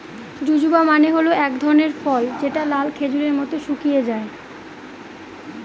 জুজুবা মানে হল এক ধরনের ফল যেটা লাল খেজুরের মত শুকিয়ে যায়